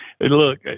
Look